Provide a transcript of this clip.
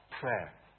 prayer